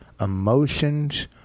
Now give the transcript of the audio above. emotions